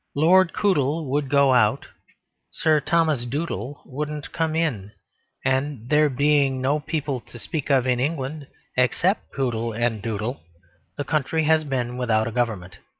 lord coodle would go out sir thomas doodle wouldn't come in and there being no people to speak of in england except coodle and doodle the country has been without a government